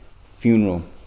funeral